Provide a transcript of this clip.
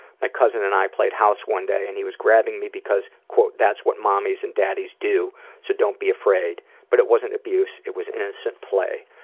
my cousin and i played house one day and he was grabbing me because that's what mommies and daddies do so don't be afraid. but it wasn't abuse, it was innocent play.